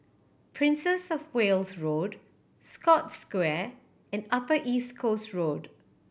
Princess Of Wales Road Scotts Square and Upper East Coast Road